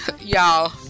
Y'all